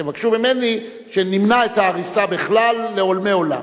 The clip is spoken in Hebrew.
תבקשו ממני שנמנע את ההריסה בכלל, לעולמי-עולם.